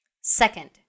Second